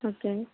okay